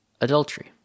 adultery